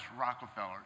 Rockefeller